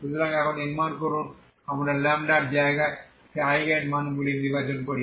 সুতরাং এখন নির্মাণ করুন আমরা λ এর জায়গায় সেই আইগেন মানগুলি নির্বাচন করি